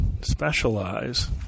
specialize